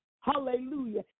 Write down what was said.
Hallelujah